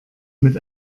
mit